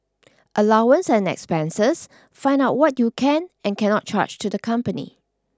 allowance and expenses find out what you can and cannot charge to the company